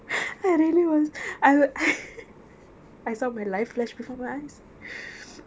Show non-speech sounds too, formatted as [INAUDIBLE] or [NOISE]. I really was I wa~ [LAUGHS] I saw my life flash before my eyes